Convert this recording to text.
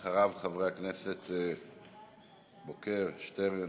אחריו, חברי הכנסת בוקר, שטרן,